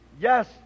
Yes